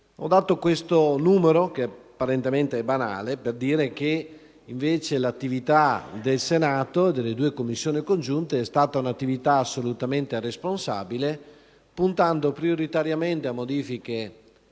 Ho dato questo numero, apparentemente banale, per dire che invece l'attività del Senato, delle due Commissioni riunite è stata assolutamente responsabile, puntando prioritariamente a modifiche